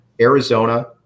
Arizona